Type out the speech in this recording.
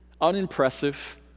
unimpressive